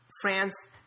France